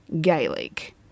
Gaelic